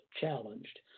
challenged